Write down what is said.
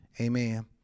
Amen